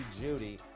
Judy